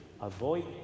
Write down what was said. Avoid